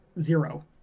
zero